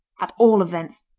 at all events,